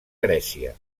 grècia